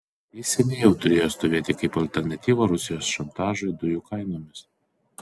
jis seniai jau turėjo stovėti kaip alternatyva rusijos šantažui dujų kainomis